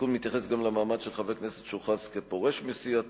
התיקון מתייחס גם למעמדו של חבר הכנסת שהוכרז כפורש מסיעתו.